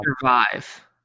survive